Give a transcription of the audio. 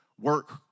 work